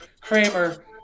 Kramer